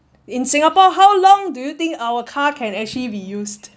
in singapore how long do you think our car can actually be used